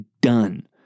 done